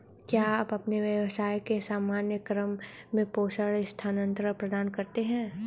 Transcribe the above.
क्या आप अपने व्यवसाय के सामान्य क्रम में प्रेषण स्थानान्तरण प्रदान करते हैं?